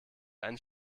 einen